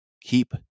Keep